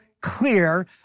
clear